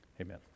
Amen